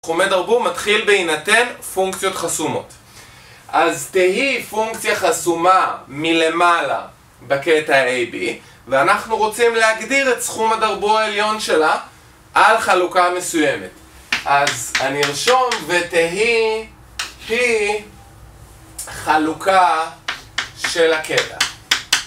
סכומי דרבו מתחיל בהינתן פונקציות חסומות. אז תהי פונקציה חסומה מלמעלה בקטע A,B ואנחנו רוצים להגדיר את סכום הדרבו העליון שלה, על חלוקה מסוימת אז אני ארשום ותהי P חלוקה של הקטע